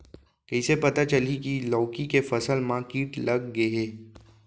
कइसे पता चलही की लौकी के फसल मा किट लग गे हे?